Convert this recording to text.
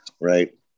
right